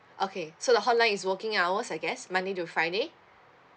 okay so the hotline is working hours I guess monday to friday